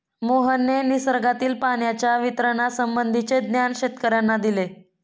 मोहनने निसर्गातील पाण्याच्या वितरणासंबंधीचे ज्ञान शेतकर्यांना दिले